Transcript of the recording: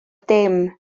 dim